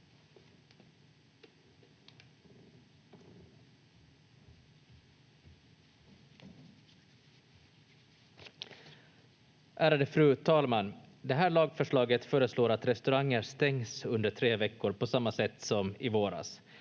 Ärade fru talman! Det här lagförslaget föreslår att restauranger stängs under tre veckor, på samma sätt som i våras.